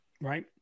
right